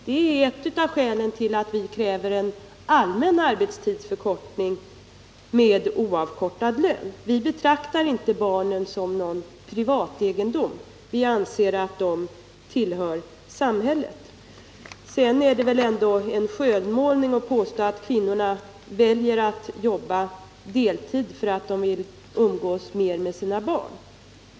Detta är ett av skälen till att vi kräver en allmän arbetstidsförkortning med oavkortad lön. Vi betraktar inte barnen som något slags privategendom utan anser att de tillhör samhället. Sedan är det väl en skönmålning att påstå att kvinnorna väljer att arbeta deltid för att de vill umgås mer med sina barn.